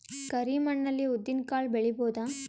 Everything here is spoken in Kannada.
ಕರಿ ಮಣ್ಣ ಅಲ್ಲಿ ಉದ್ದಿನ್ ಕಾಳು ಬೆಳಿಬೋದ?